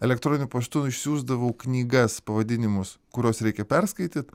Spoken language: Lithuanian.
elektroniniu paštu išsiųsdavau knygas pavadinimus kuriuos reikia perskaityt